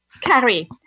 Carrie